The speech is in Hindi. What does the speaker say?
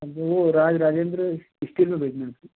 अब वो राज राजेंद्र स्टील में भेजना है